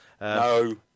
No